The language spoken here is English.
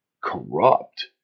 corrupt